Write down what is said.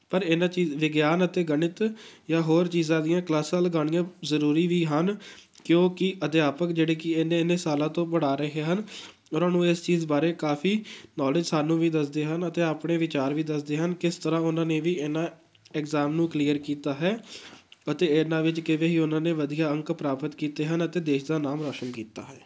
ਪਰ ਇਹਨਾਂ ਚੀਜ਼ ਵਿਗਿਆਨ ਅਤੇ ਗਣਿਤ ਜਾਂ ਹੋਰ ਚੀਜ਼ਾਂ ਦੀਆਂ ਕਲਾਸਾਂ ਲਗਾਉਣੀਆਂ ਜ਼ਰੂਰੀ ਵੀ ਹਨ ਕਿਉਂਕਿ ਅਧਿਆਪਕ ਜਿਹੜੇ ਕੀ ਇੰਨੇ ਇੰਨੇ ਸਾਲਾਂ ਤੋਂ ਪੜ੍ਹਾ ਰਹੇ ਹਨ ਉਹਨਾਂ ਨੂੰ ਇਸ ਚੀਜ਼ ਬਾਰੇ ਕਾਫ਼ੀ ਨੌਲੇਜ ਸਾਨੂੰ ਵੀ ਦੱਸਦੇ ਹਨ ਅਤੇ ਆਪਣੇ ਵਿਚਾਰ ਵੀ ਦੱਸਦੇ ਹਨ ਕਿਸ ਤਰ੍ਹਾਂ ਉਹਨਾਂ ਨੇ ਵੀ ਇਹਨਾਂ ਐਗਜ਼ਾਮ ਨੂੰ ਕਲੀਅਰ ਕੀਤਾ ਹੈ ਅਤੇ ਇਹਨਾਂ ਵਿੱਚ ਕਿਵੇਂ ਹੀ ਉਹਨਾਂ ਨੇ ਵਧੀਆ ਅੰਕ ਪ੍ਰਾਪਤ ਕੀਤੇ ਹਨ ਅਤੇ ਦੇਸ਼ ਦਾ ਨਾਮ ਰੌਸ਼ਨ ਕੀਤਾ ਹੈ